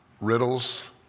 riddles